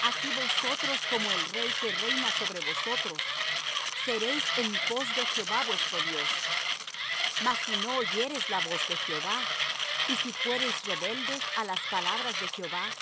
así vosotros como el rey que reina sobre vosotros seréis en pos de jehová vuestro dios mas si no oyereis la voz de jehová y si fuereis rebeldes á las palabras de jehová